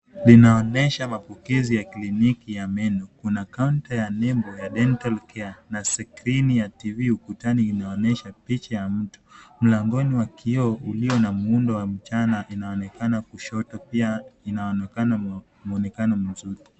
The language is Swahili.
Linaonyesha mapokezi ya kliniki ya meno. Kuna kaunta ya nembo ya dental care na skrini ya TV ukutani inaonyesha picha ya mtu. Mlangoni wa kioo ulio na muundo wa mchana inaonekana kushoto pia inaonekana mwonekano mzuri.